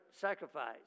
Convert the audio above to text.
sacrifice